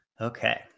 Okay